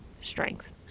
strength